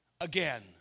again